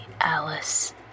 Alice